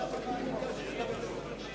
אדוני היושב-ראש, השרים